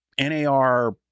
NAR